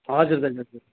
हजुर दाजु हजुर